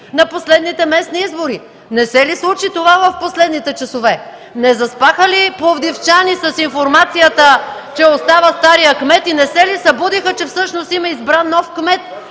на последните местни избори? Не се ли случи това в последните часове? Не заспаха ли пловдивчани с информацията, че остава старият кмет и не се ли събудиха, че всъщност има избран нов кмет